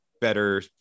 better